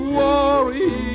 worry